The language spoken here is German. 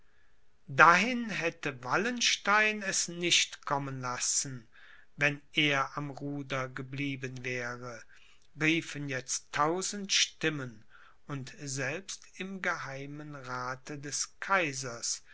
dahin hätte wallenstein es nicht kommen lassen wenn er am ruder geblieben wäre riefen jetzt tausend stimmen und selbst im geheimen rathe des kaisers